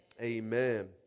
Amen